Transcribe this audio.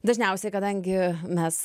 dažniausiai kadangi mes